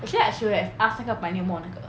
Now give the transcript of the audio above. actually I should have asked 那个 pioneer mall 那个